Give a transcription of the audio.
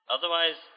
Otherwise